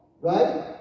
Right